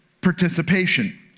participation